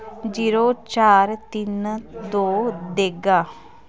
zero चार तिन दो देग्गा